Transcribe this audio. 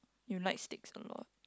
you might sticks some more